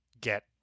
get